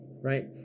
right